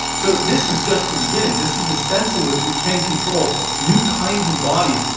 so this is just the beginning, this is the sense in which we can control new kinds of bodies.